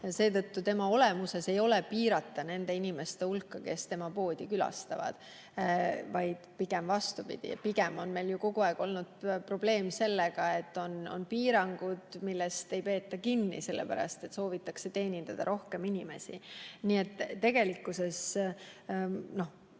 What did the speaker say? müüa. Tema olemuses ei ole piirata nende inimeste hulka, kes tema poodi külastavad, pigem vastupidi. Pigem on meil ju kogu aeg olnud probleem sellega, et piirangutest ei peeta kinni, sellepärast et soovitakse teenindada rohkem inimesi. Nii et ma tegelikult